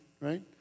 right